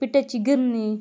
पिठाची गिरणी